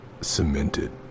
cemented